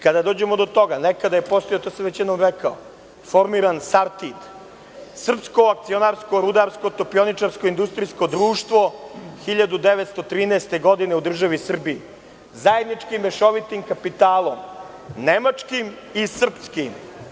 Kada dođemo do toga, nekada je postojao, to sam već jednom rekao, formiran je SARTID – srpsko akcionarsko rudarsko topioničarsko industrijsko društvo, 1913. godine u državi Srbiji, zajedničkim mešovitim kapitalom nemačkim i srpskim.